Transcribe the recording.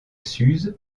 suse